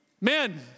men